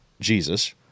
Jesus